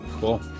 Cool